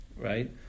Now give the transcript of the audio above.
right